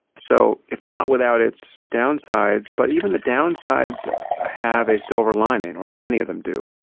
so it's not without its downsides, but even the downsides ah have a silver lining, or many of them do.